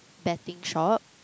betting shop